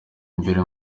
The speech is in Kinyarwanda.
imbere